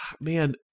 man